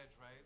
right